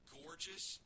gorgeous